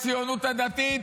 הציונות הדתית,